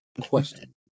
question